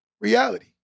Reality